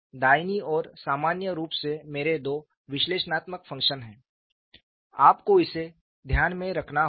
दाहिनी ओर सामान्य रूप से मेरे दो विश्लेषणात्मक फंक्शन हैं आपको इसे ध्यान में रखना होगा